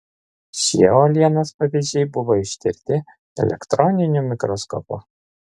šie uolienos pavyzdžiai buvo ištirti elektroniniu mikroskopu